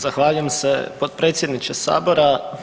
Zahvaljujem se potpredsjedniče Sabora.